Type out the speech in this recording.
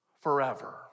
forever